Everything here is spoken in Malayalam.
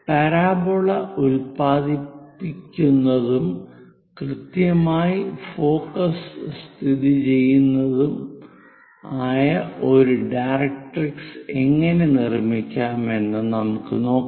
പരാബോള ഉൽപാദിപ്പിക്കുന്നതും കൃത്യമായി ഫോക്കസ് സ്ഥിതിചെയ്യുന്നതുമായ ഒരു ഡയറക്ട്രിക്സ് എങ്ങനെ നിർമ്മിക്കാം എന്ന് നോക്കാം